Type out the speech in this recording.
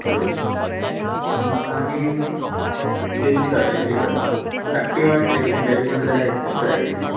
होय मूं आनी A C car A C car धांकटी वाट रे पूण तरी पूण जाय एशी दिसता ए सी